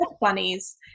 bunnies